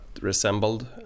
resembled